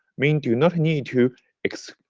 men do not need to ex.